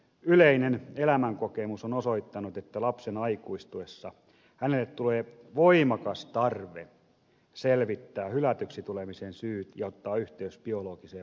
yleinen elämänkokemus on osoittanut että lapsen aikuistuessa hänelle tulee voimakas tarve selvittää hylätyksi tulemisen syyt ja ottaa yhteys biologiseen vanhempaansa